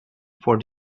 for